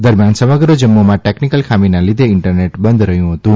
દરમિયાન સમગ્ર જમ્મુમાં ટેકનિકલ ખામીના લીધે ઇન્ટરનેટ બંધ રહ્યું હતું